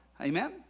Amen